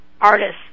artists